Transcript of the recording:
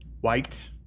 White